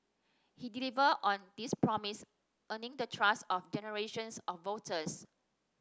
he delivered on this promise earning the trust of generations of voters